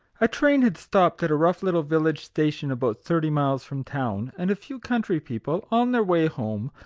a train had stopped at a rough little village station about thirty miles from town, and a few country people, on their way home,